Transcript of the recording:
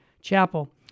chapel